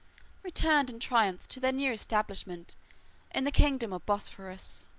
returned in triumph to their new establishment in the kingdom of bosphorus.